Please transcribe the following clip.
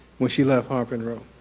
when she left harper and row.